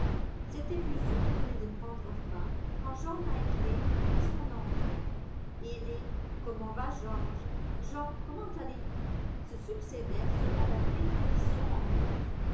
cette effusion venait de prendre fin quand jean knightley fit son entrée et les comment va georges jean comment allez-vous se succédèrent selon la vraie tradition anglaise